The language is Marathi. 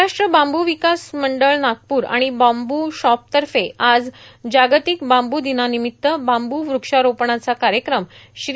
महाराष्ट्र बांबू विकास मंडळ नागपूर आणि बांबू शॉप तर्फे आज जागतिक बांबू दिनानिमित्त बांबू वृक्षारोपनाचा कार्यक्रम श्री